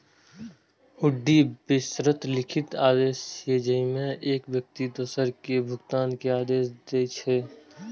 हुंडी बेशर्त लिखित आदेश छियै, जेइमे एक व्यक्ति दोसर कें भुगतान के आदेश दै छै